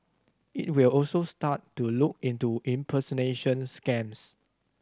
it will also start to look into impersonation scams